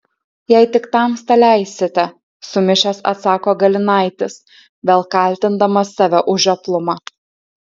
jei tik tamsta leisite sumišęs atsako galinaitis vėl kaltindamas save už žioplumą